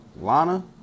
Lana